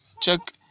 Check